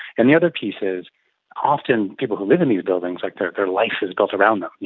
and the other piece is often people who live in these buildings, like their their life is built around them, yeah